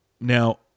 Now